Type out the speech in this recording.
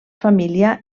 família